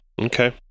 Okay